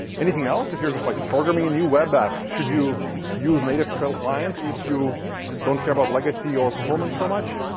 anything else if you're just like programming a new web app, should you use native client if you don't care about legacy or performance so much?